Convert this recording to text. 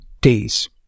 days